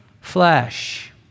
flesh